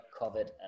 COVID